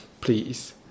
please